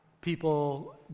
people